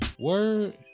Word